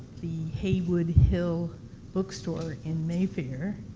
the haywood hill bookstore in mayfair.